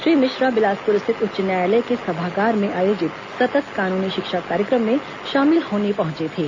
श्री मिश्रा बिलासपुर स्थित उच्च न्यायालय के सभागार में आयोजित सतत कानूनी शिक्षा कार्यक्रम में शामिल होने पहुंचे थे